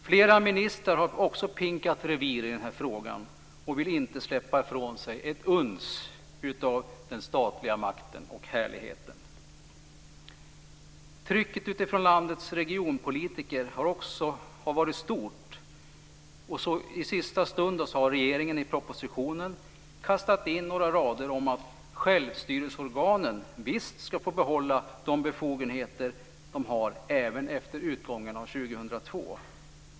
Flera ministrar har pinkat revir i den här frågan och vill inte släppa från sig ett uns av den statliga makten och härligheten. Trycket från landets regionpolitiker har varit stort, och i sista stund har regeringen i propositionen kastat in några rader om att självstyrelseorganen visst ska få behålla de befogenheter som de har även efter utgången av 2002.